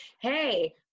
hey